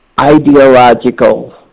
ideological